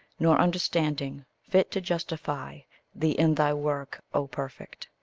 nor understanding, fit to justify thee in thy work, o perfect.